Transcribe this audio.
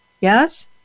Yes